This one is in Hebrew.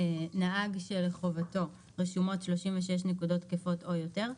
"(ג)נהג שלחובתו רשומות 36 נקודות תקפות או יותר,